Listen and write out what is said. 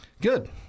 Good